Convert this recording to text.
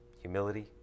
Humility